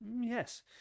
Yes